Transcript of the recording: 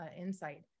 insight